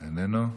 איננו,